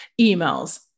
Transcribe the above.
emails